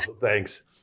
thanks